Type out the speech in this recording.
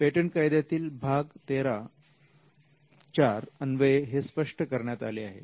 patent कायद्यातील भाग 13 अन्वये हे स्पष्ट करण्यात आले आहे